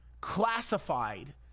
classified